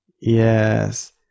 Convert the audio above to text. Yes